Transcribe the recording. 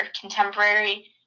contemporary